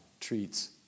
treats